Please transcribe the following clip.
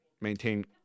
maintain